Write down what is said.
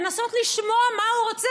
לנסות לשמוע מה הוא רוצה,